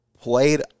played